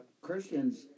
Christians